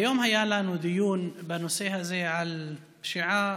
היום היה לנו דיון בנושא הזה על פשיעה